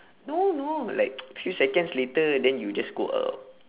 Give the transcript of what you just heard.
no no like few seconds later then you just go out